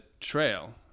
trail